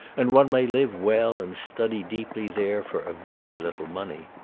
and one may live well and study deeply there for a very little money.